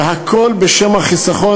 והכול בשם החיסכון,